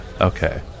okay